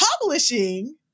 publishing